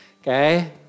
okay